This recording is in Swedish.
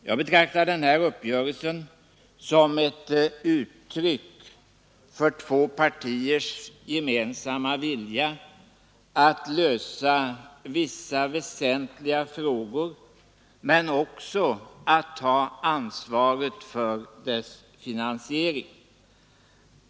Jag betraktar den här uppgörelsen som ett uttryck för två partiers gemensamma vilja att lösa vissa väsentliga frågor men också som uttryck för att ta ansvaret för deras finansiering.